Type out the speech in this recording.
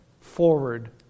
forward